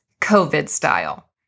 COVID-style